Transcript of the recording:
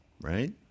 right